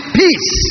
peace